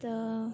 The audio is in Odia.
ତ